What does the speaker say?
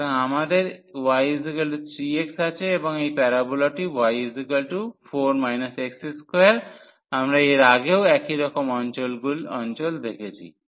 সুতরাং আমাদের y3x আছে এবং এই প্যারাবোলাটি y4 x2 আমরা এর আগেও একই রকম অঞ্চলগুলি দেখেছি